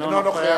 אינו נוכח